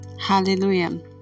Hallelujah